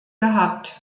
gehabt